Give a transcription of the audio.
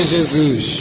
Jesus